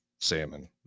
salmon